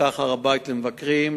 נפתח הר-הבית למבקרים,